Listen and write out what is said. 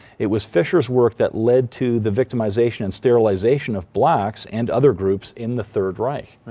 it was fisher's work that led to the victimization and sterilization of blacks and other groups in the third reich,